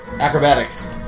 acrobatics